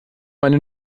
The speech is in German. meine